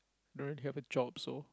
don't really have a job so